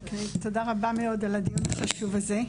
אוקיי, תודה רבה מאוד על הדיון החשוב הזה.